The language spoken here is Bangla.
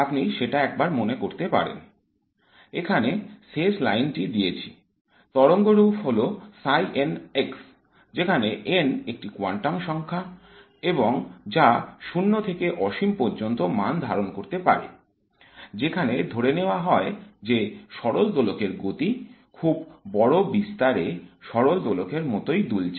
আপনি সেটা একবার মনে করতে পারেন এখানে শেষ লাইনটি দিয়েছি তরঙ্গরূপ হল ψn যেখানে n একটি কোয়ান্টাম সংখ্যা এবং যা 0 থেকে অসীম পর্যন্ত মান ধারণ করতে পারে যেখানে ধরে নেওয়া হয় যে সরল দোলকের গতি খুব বড় বিস্তার এ সরল দোলকের মতোই দুলছে